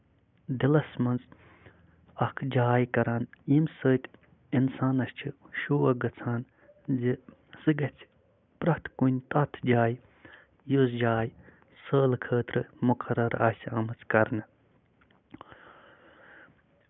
دِلَس منٛز اکھ جاے کران ییٚمہِ سۭتۍ اِنسانَس چھِ شوق گژھان زِ سُہ گژھِ پرٮ۪تھ کُنہِ پرٮ۪تھ جایہِ یُس جاے سٲلہٕ خٲطرٕ مُکَرر یہِ آسہِ کَرنہٕ